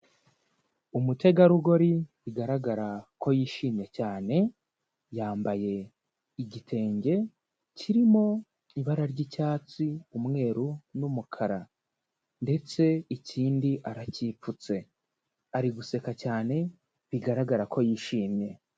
Umutegarugori bigaragara ko yishimye cyane, yambaye igitenge kirimo ibara ry'icyatsi, umweru, n'umukara. Ndetse ikindi aracyipfutse. Ari guseka cyane, bigaragara ko yishimye.